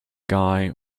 guy